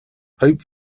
hope